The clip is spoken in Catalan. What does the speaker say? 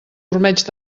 ormeig